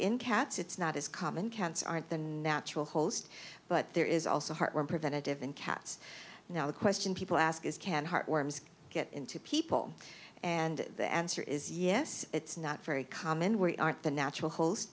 in cats it's not as common cancer aren't the natural host but there is also heartworm preventative in cats now the question people ask is can heartworms get into people and the answer is yes it's not very common we aren't the natural host